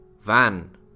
Van